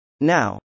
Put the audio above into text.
Now